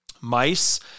Mice